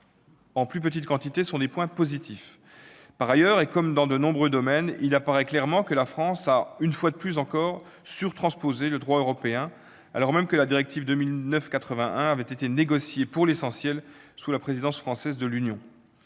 en plus petite quantité sont des points positifs. Par ailleurs, et comme dans de nombreux domaines, il apparaît clairement que la France a, une fois encore, surtransposé le droit européen, alors même que la directive 2009/81/CE avait été négociée, pour l'essentiel, sous présidence française de l'Union.